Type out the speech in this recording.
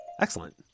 excellent